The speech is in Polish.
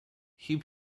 hip